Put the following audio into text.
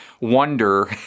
wonder